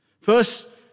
First